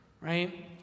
Right